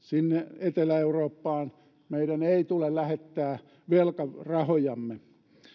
sinne etelä eurooppaan meidän ei tule lähettää velkarahojamme